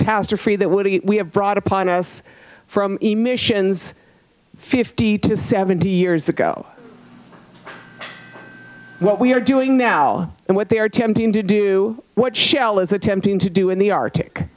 caster free that would we have brought upon us from the missions fifty to seventy years ago what we are doing now and what they are attempting to do what shell is attempting to do in the arctic